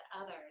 others